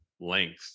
length